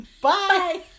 Bye